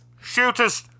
Shooters